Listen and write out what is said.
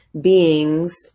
beings